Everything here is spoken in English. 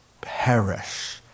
perish